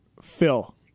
Phil